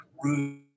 rude